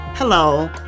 Hello